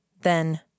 Then